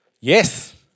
Yes